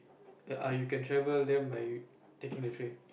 ya ah you can travel them by taking the train